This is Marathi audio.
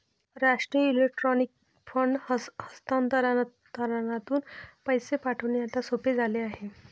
राष्ट्रीय इलेक्ट्रॉनिक फंड हस्तांतरणातून पैसे पाठविणे आता सोपे झाले आहे